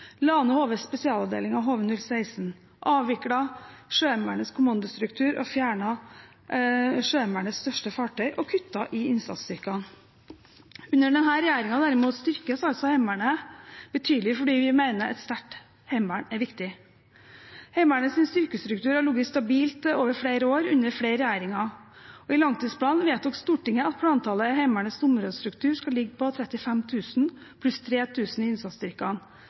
ned HVs spesialavdeling HV-016, avviklet Sjøheimevernets kommandostruktur og fjernet Sjøheimevernets største fartøy og kuttet i innsatsstyrkene. Under denne regjeringen derimot styrkes Heimevernet betydelig fordi vi mener at et sterkt heimevern er viktig. Heimevernets styrkestruktur har ligget stabilt over flere år under flere regjeringer. I forbindelse med langtidsplanen vedtok Stortinget at plantallet i Heimevernets områdestruktur skal ligge på 35 000 pluss 3 000 i innsatsstyrkene,